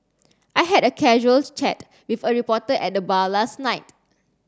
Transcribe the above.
I had a casual chat with a reporter at the bar last night